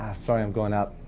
sorry, i'm going up.